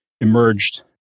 emerged